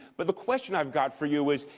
but the question i've got for you is,